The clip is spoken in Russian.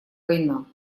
война